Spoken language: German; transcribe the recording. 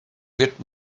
wird